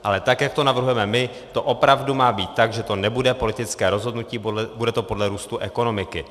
Ale tak jak to navrhujeme my, to opravdu má být tak, že to nebude politické rozhodnutí, bude to podle růstu ekonomiky.